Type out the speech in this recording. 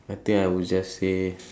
I think I would just say